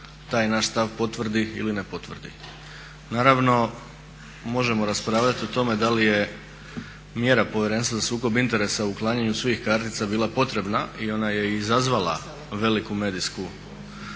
taj naš stav potvrdi ili ne potvrdi. Naravno, možemo raspravljati o tome da li je mjera Povjerenstva za sukob interesa u uklanjanju svih kartica bila potreba i ona je izazvala veliku medijsku